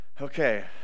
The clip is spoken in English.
Okay